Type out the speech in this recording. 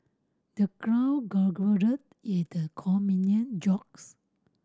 the crowd at the comedian jokes